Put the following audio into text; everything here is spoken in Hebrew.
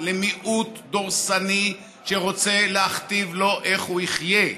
למיעוט דורסני שרוצה להכתיב לו איך הוא יחיה.